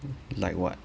like what